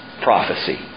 prophecy